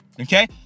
okay